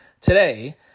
today